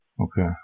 Okay